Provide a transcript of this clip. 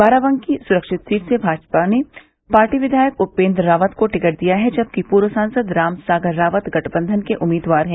बाराबंकी सुरक्षित सीट से भाजपा ने पार्टी विधायक उपेन्द्र रावत को टिकट दिया है जबकि पूर्व सांसद राम सागर रावत गठबंधन के उम्मीदवार हैं